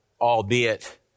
albeit